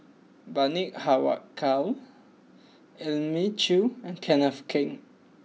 Bani Haykal Elim Chew and Kenneth Keng